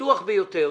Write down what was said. הפתוח ביותר.